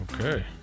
Okay